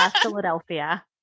Philadelphia